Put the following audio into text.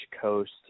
coast